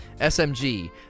SMG